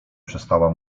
przestała